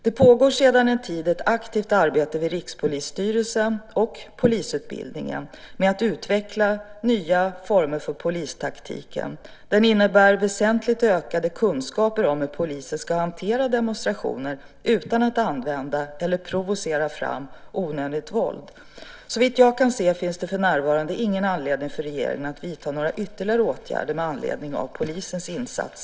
Det pågår sedan en tid ett aktivt arbete vid Rikspolisstyrelsen och i polisutbildningen med att utveckla nya former för polistaktiken. Taktiken innebär väsentligt ökade kunskaper i hur polisen ska hantera demonstrationer utan att använda eller provocera fram onödigt våld. Såvitt jag kan se finns det för närvarande ingen anledning för regeringen att vidta några ytterligare åtgärder med anledning av polisens insatser i Salem.